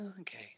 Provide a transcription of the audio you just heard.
Okay